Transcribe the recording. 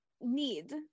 need